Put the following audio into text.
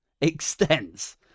extends